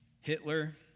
Hitler